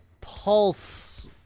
Pulse